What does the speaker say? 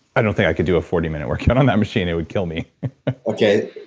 i don't think i could do a forty minute workout on that machine. it would kill me okay,